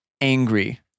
angry